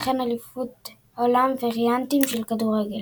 וכן אליפויות עבור וריאנטים של כדורגל.